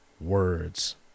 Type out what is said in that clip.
words